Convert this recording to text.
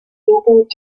jugend